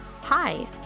Hi